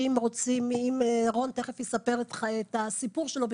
רון יספר תכף את הסיפור שלו,